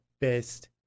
best